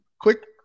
Quick